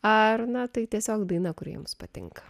ar na tai tiesiog daina kuri jums patinka